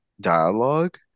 dialogue